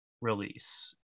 release